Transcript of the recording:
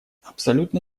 абсолютно